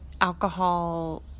alcohol